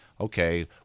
okay